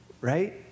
Right